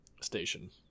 station